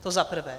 To za prvé.